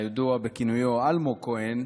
הידוע בכינויו אלמוג כהן,